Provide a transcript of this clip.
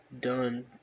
done